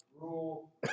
rule